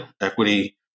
Equity